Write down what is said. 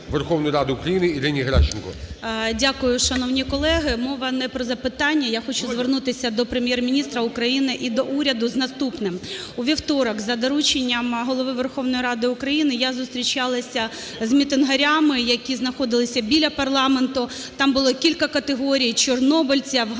Верховної Ради України Ірині Геращенко.